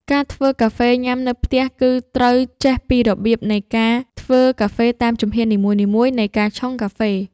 ការធ្វើកាហ្វេញ៉ាំនៅផ្ទះ គឺត្រូវចេះពីរបៀបនៃការធ្វើកាហ្វេតាមជំហ៊ាននីមួយៗនៃការឆុងកាហ្វេ។